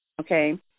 Okay